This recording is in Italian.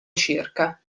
circa